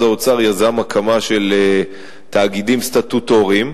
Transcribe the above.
האוצר יזם הקמה של תאגידים סטטוטוריים.